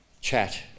chat